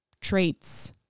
traits